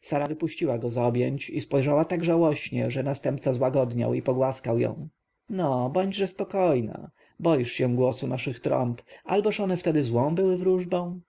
sara wypuściła go z objęć i spojrzała tak żałośnie że następca złagodniał i pogłaskał ją no bądźże spokojna boisz się głosu naszych trąb alboż one wtedy złą były wróżbą